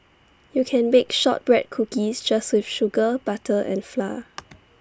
you can bake Shortbread Cookies just with sugar butter and flour